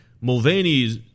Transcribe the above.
Mulvaney's